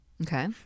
Okay